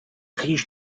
riche